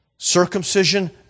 circumcision